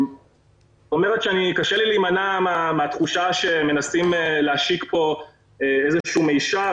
קשה לי להימנע מהתחושה שמנסים להשיק פה איזשהו מישר,